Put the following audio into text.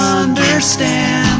understand